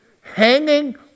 Hanging